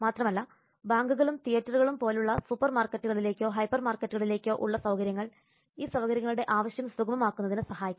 മാത്രമല്ല ബാങ്കുകളും തീയറ്ററുകളും പോലുള്ള സൂപ്പർമാർക്കറ്റുകളിലേക്കോ ഹൈപ്പർമാർക്കറ്റുകളിലേക്കോ ഉള്ള സൌകര്യങ്ങൾ ഈ സൌകര്യങ്ങളുടെ ആവശ്യം സുഗമമാക്കുന്നതിന് സഹായിക്കും